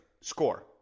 Score